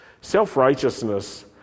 Self-righteousness